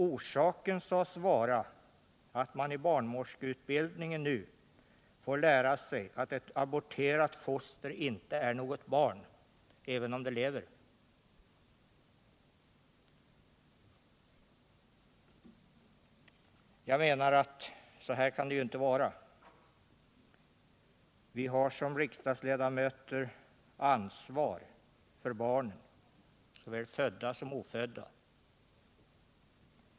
Orsaken sades vara att man i barnmorskeutbildningen numera får lära sig att ett aborterat foster inte är något barn, även om det lever. Jag menar att så här får det inte vara. Vi har som riksdagsledamöter ansvar för barnen, såväl födda som ofödda.